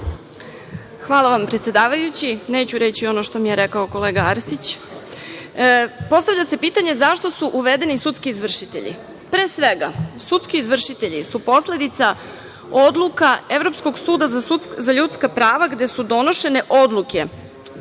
Hvala, predsedavajući. Neću reći ono što mi je rekao kolega Arsić. Postavlja se pitanje zašto su uvedeni sudski izvršitelji? Pre svega, sudski izvršitelji su posledica odluka Evropskog suda za ljudska prava, gde su donošene odluke